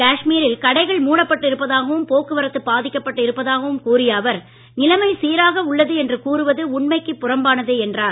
காஷ்மீரில் கடைகள் மூடப்பட்டு இருப்பதாகவும் போக்குவரத்து பாதிக்கப்பட்டு இருப்பதாகவும் கூறிய அவர் நிலமை சீராக உள்ளது என்று கூறுவது உண்மைக்குப் புறம்பானது என்றார்